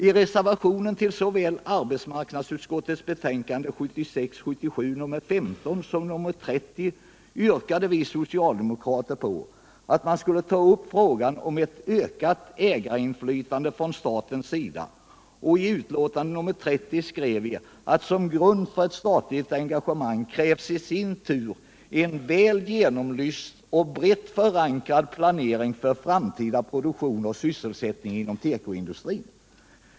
I reservationer vid arbetsmarknadsutskottets betänkanden 1976/77:15 och 30 yrkade vi socialdemokrater att man skulle ta upp frågan om ett ökat ägarinflytande från statens sida, och i reservationen vid betänkandet nr 30 skrev vi att som grund för ett statligt engagemang krävs i sin tur en väl genomlyst och brett förankrad planering för framtida produktion och sysselsättning inom tekosektorn.